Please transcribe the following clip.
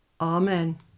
Amen